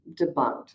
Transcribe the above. debunked